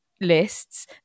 lists